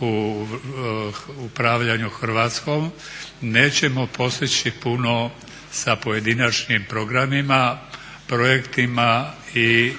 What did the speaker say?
u upravljanju Hrvatskom nećemo postići puno sa pojedinačnim programima, projektima i